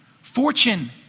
fortune